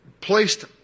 placed